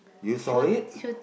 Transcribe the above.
did you saw it